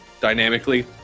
dynamically